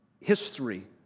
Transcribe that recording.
history